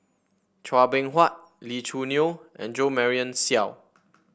Chua Beng Huat Lee Choo Neo and Jo Marion Seow